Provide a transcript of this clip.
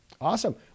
awesome